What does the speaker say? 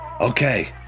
Okay